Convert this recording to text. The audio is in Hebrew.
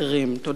תודה רבה.